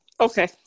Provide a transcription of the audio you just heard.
Okay